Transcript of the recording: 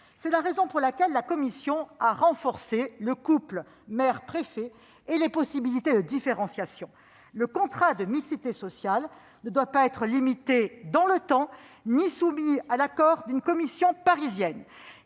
C'est la raison pour laquelle la commission a renforcé le couple maire-préfet et les possibilités de différenciation. Le contrat de mixité sociale ne doit être ni limité dans le temps ni soumis à l'accord d'une commission parisienne.